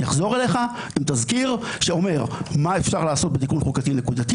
אני אחזור אליך עם תזכיר שאומר מה אפשר לעשות בתיקון חוקתי נקודתי